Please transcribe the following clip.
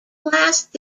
last